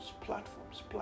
Platforms